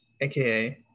aka